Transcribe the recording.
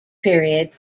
period